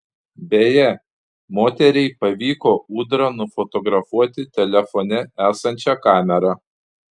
beje moteriai pavyko ūdrą nufotografuoti telefone esančia kamera